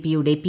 P യുടെ P